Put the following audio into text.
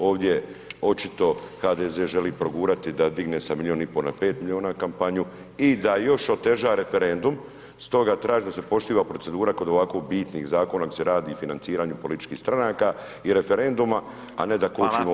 Ovdje očito HDZ želi progurati da digne sa milijun i pol na 5 milijuna kampanju i da još oteža referendum, stoga tražim da se poštiva procedura kod ovako bitnih zakona o kojem se radi o financiranju političkih stranaka i referenduma, a ne da kočimo [[Upadica: Hvala.]] volju naroda.